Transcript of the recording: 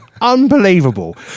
Unbelievable